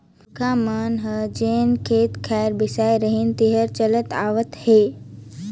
पूरखा मन हर जेन खेत खार बेसाय रिहिन तेहर चलत आवत हे